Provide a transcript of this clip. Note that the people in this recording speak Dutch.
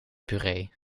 puree